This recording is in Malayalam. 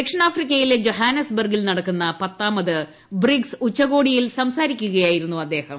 ദക്ഷിണാഫ്രിക്കയിലെ ജോഹന്നാസ്ബർഗിൽ നടക്കുന്ന പത്താമത് ബ്രിക്സ് ഉച്ചകോടിയിൽ സംസാരിക്കുയായിരുന്നു അദ്ദേഹം